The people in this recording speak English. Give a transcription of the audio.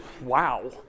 Wow